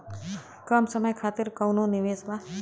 कम समय खातिर कौनो निवेश बा?